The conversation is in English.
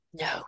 no